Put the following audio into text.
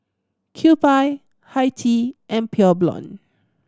Kewpie Hi Tea and Pure Blonde